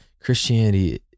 christianity